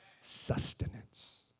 sustenance